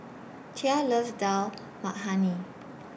Tia loves Dal Makhani